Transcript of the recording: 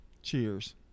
Cheers